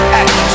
act